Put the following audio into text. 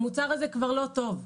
המוצר הזה כבר לא טוב,